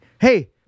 hey